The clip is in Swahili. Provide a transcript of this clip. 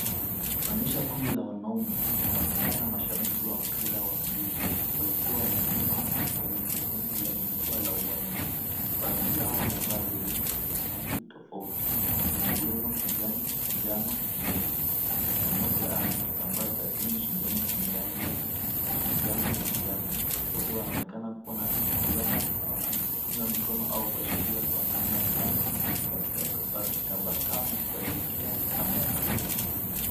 Naonyesha kundi la wanaume inaonekana mashabiki wa mpira wa miguu, wakiwa wamesimama kwenye sehemu ya jukwaa la uwanja. Baadhi yao wamevaa jezi za rangi tofauti, ikiwemo kijani, njano na nyeusi na mmoja ana kitambaa cha timu shingoni chenye rangi ya kijani na njano, wote wanaonekana kuwa na furaha na wanapunga mikono au kuashiria kuwa namna fulani. Wakitabasamu kuelekea kamera.